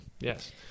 Yes